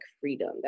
freedom